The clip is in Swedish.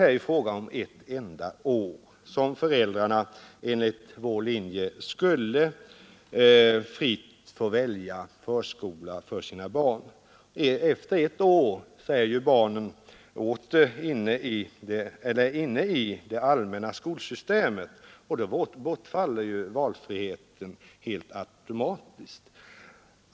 Här är det fråga om ett enda år, då föräldrarna enligt vår linje fritt skulle få välja förskola för sina barn. Efter ett år är barnen inne i det allmänna skolsystemet, och då bortfaller valfriheten helt automatiskt.